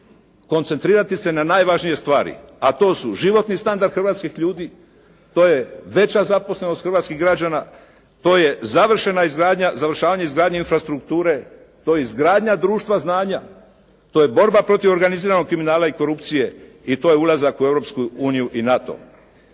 koncentrirati se na najvažnije stvari. A to su: životni standard hrvatskih ljudi, to je veća zaposlenost hrvatskih građana, to je završena izgradnja, završavanje izgradnje infrastrukture, to je izgradnja društva znanja. To je borba protiv organiziranog kriminala i korupcije i to je ulazak u Europsku